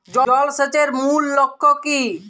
জল সেচের মূল লক্ষ্য কী?